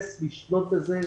בזה,